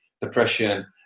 depression